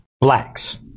blacks